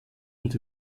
und